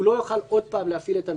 הוא לא יכול עוד פעם להפעיל את הנורבגי.